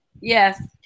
Yes